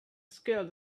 scaled